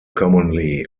commonly